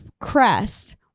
crest